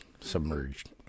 submerged